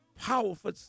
powerful